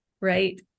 right